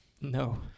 No